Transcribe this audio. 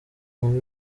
wumve